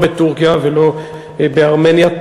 לא בטורקיה ולא בארמניה,